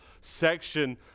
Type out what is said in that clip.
section